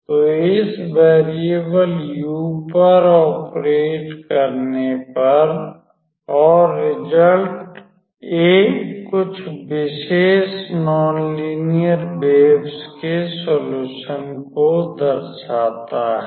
तो इस वेरियेवल u पर ओपरेट करने पर और रिज़ल्ट एक कुछ विशेष नॉन लिनियर वेव्स के सोल्यूशन को दर्शाता है